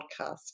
podcast